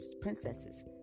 Princesses